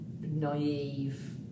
naive